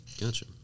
Gotcha